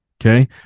Okay